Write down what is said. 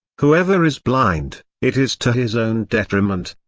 whoever is blind, it is to his own detriment.